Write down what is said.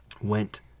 went